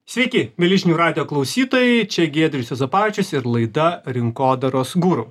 sveiki mieli žinių radijo klausytojai čia giedrius juozapavičius ir laida rinkodaros guru